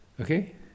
Okay